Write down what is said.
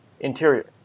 Interior